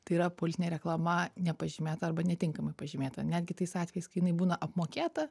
tai yra politinė reklama nepažymėta arba netinkamai pažymėta netgi tais atvejais kai jinai būna apmokėta